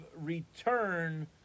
return